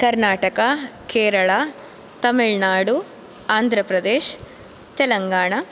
Karnataka Kerala Tamil Nadu Andhra Pradesh Telangana